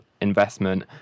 investment